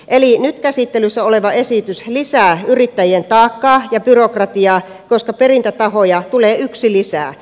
eli nyt käsittelyssä oleva esitys lisää yrittäjien taakkaa ja byrokratiaa koska perintätahoja tulee yksi lisää